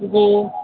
جی